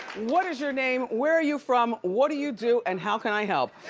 what is your name, where are you from, what do you do, and how can i help?